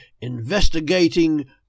Investigating